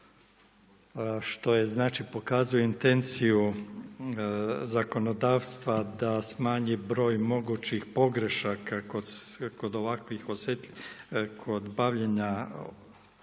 što je znači, pokazuje intenciju zakonodavstva da smanji broj mogućih pogrešaka kod bavljenja od nabave do korištenja